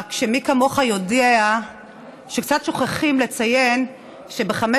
רק שמי כמוך יודע שקצת שוכחים לציין שבחמש